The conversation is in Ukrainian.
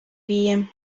віє